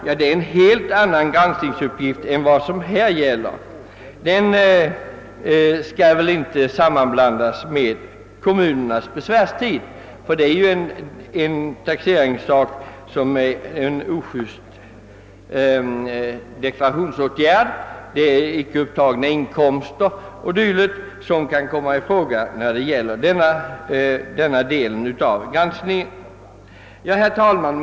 Men det är ju en helt annan fråga än den som diskussionen nu gäller och bör inte blandas ihop med frågan om kommunernas besvärstid. Efterbeskattning kan det bli fråga om när det gäller oriktiga deklarationer, icke uppiagna inkomster 0. s. Vv.